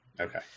Okay